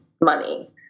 money